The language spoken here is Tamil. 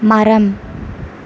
மரம்